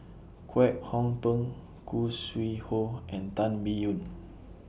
Kwek Hong Png Khoo Sui Hoe and Tan Biyun